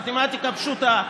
מתמטיקה פשוטה,